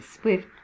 Swift